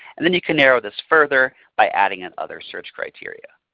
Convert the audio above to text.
and then you can narrow this further by adding in other search criteria